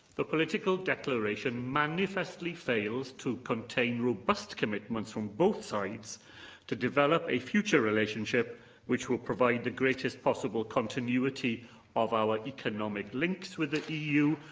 the political declaration manifestly fails to contain robust commitments from both sides to develop a future relationship that will provide the greatest possible continuity of our economic links with the eu,